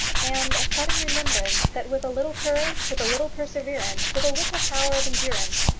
and a sudden remembrance that with a little courage, with a little perseverance, with a little power of endurance,